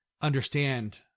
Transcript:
understand